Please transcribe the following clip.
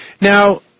now